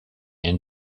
and